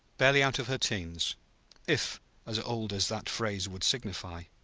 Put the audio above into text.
barely out of her teens if as old as that phrase would signify.